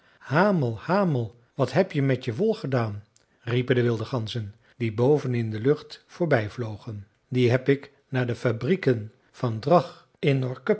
hamel hamel wat heb je met je wol gedaan riepen de wilde ganzen die boven in de lucht voorbij vlogen die heb ik naar de fabrieken van drag